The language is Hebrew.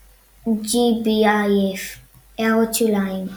עינונית, באתר GBIF == הערות שוליים ==